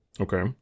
Okay